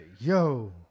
yo